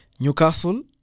Newcastle